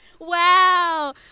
Wow